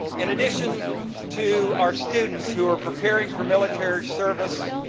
in addition to our students who are preparing for military service,